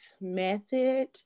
method